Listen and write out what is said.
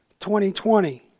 2020